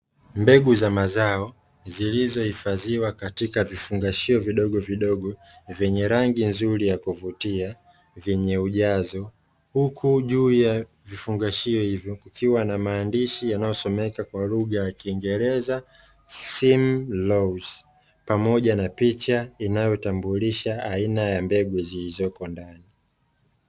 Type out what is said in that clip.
Mbegu za mazao zilizohifadhiwa katika vifungashio vidogo vidogo vyenye rangi nzuri, vyenye ujazo huku juu ya vifungashio hivyo kukiwa na maandishi yanayosomeka kwa lugha ya kiingereza simu loozi pamoja na picha inayotambulisha aina ya mbegu zilizoko ndani.